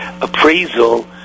appraisal